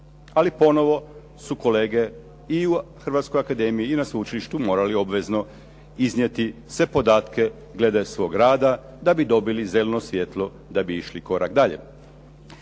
Ali ponovo su kolege i u Hrvatskoj akademiji i na sveučilištu morali obvezno iznijeti sve podatke glede svog rada da bi dobili zeleno svjetlo da bi išli korak dalje.